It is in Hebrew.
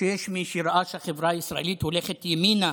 שיש מי שראה שהחברה הישראלית הולכת ימינה,